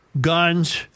guns